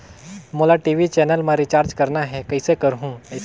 मोला TV channel मा recharge करना हे, कइसे करहुँ?